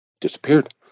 disappeared